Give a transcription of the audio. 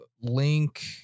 link